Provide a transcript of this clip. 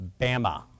Bama